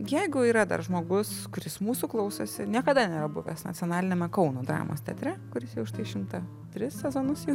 jeigu yra dar žmogus kuris mūsų klausosi niekada nėra buvęs nacionaliniame kauno dramos teatre kuris jau štai šimtą tris sezonus jau